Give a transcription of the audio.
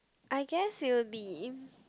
I guess it would be